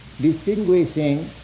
distinguishing